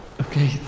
okay